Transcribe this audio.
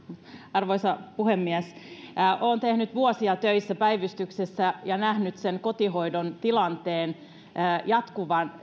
arvoisa puhemies olen tehnyt vuosia töitä päivystyksessä ja nähnyt sen kotihoidon tilanteen jatkuvan